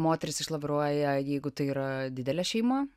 moteris išlaviruoja jeigu tai yra didelė šeima